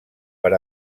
per